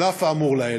על אף האמור לעיל,